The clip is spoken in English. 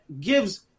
gives